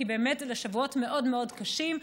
כי באמת אלו שבועות מאוד מאוד קשים,